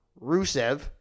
Rusev